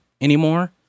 anymore